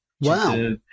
Wow